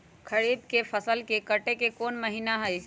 खरीफ के फसल के कटे के कोंन महिना हई?